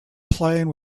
playing